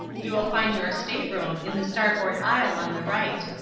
you will find your state-room in the starboard aisle on the right.